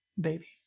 Baby